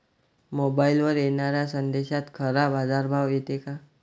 मोबाईलवर येनाऱ्या संदेशात खरा बाजारभाव येते का?